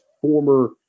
former